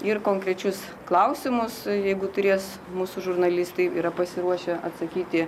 ir konkrečius klausimus jeigu turės mūsų žurnalistai yra pasiruošę atsakyti